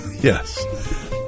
Yes